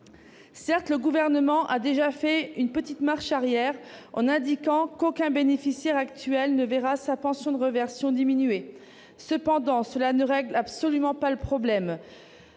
Certes, le Gouvernement a déjà fait une petite marche arrière en indiquant qu'« aucun bénéficiaire actuel ne verra sa pension de réversion diminuer ». Cependant, cela ne règle absolument pas le problème,